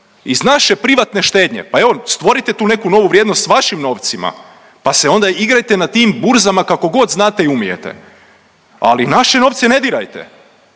Iz naše privatne štednje. Pa evo stvorite tu neku novu vrijednost sa vašim novcima, pa se onda igrajte na tim burzama kako god znate i umijete, ali naše novce ne dirajte!